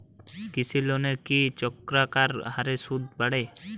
কৃষি লোনের কি চক্রাকার হারে সুদ বাড়ে?